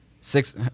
Six –